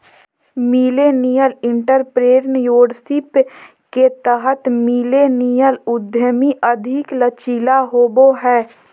millennial entrepreneurship के तहत millennial उधमी अधिक लचीला होबो हय